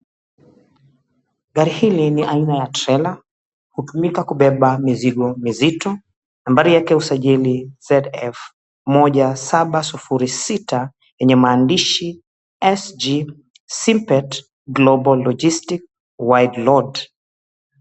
Gari hili ni aina ya trela, hutumika kubeba mizigo mizito , nambari yake ya usajili, ZF 1706 yenye maandishi "SG SIMPET GLOBAL LOGISTICS, WIDE LOAD".